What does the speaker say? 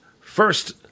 First